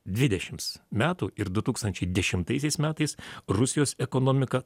dvidešims metų ir du tūkstančiai dešimtaisiais metais rusijos ekonomika